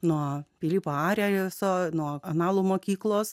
nuo pilypo arijos o nuo analų mokyklos